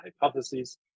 hypotheses